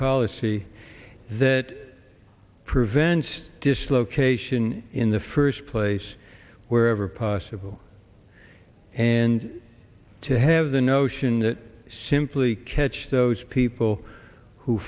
policy that prevents dislocation in the first place wherever possible and to have the notion that simply catch those people who